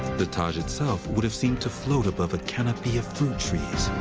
the taj itself would have seemed to float above a canopy of fruit trees.